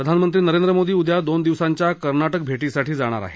प्रधानमंत्री नरेंद्र मोदी उद्या दोन दिवसांच्या कर्नाटक भेटीसाठी जाणार आहेत